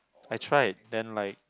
I tried then like